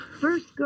first